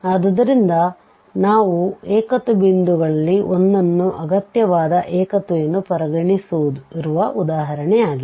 ಆದ್ದರಿಂದ ನಾವು ಏಕತ್ವ ಬಿಂದುಗಳಲ್ಲಿ ಒಂದನ್ನು ಅಗತ್ಯವಾದ ಏಕತ್ವವೆಂದು ಪರಿಗಣಿಸಿರುವ ಉದಾಹರಣೆಯಾಗಿದೆ